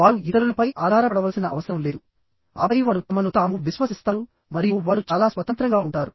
వారు ఇతరులపై ఆధారపడవలసిన అవసరం లేదు ఆపై వారు తమను తాము విశ్వసిస్తారు మరియు వారు చాలా స్వతంత్రంగా ఉంటారు